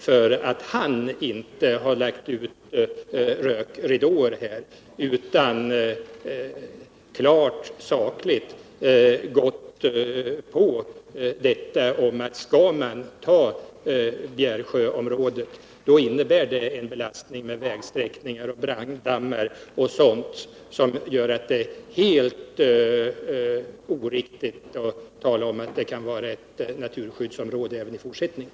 Han har inte lagt ut rökridåer utan klart och sakligt redovisat att skall man ta Bjärsjöområdet, innebär det en belastning med vägsträckningar, branddammar och sådant som gör att det är helt oriktigt att tala om att där kan vara ett naturskyddsområde även i fortsättningen.